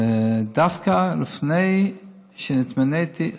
ודווקא לפני שהתמניתי,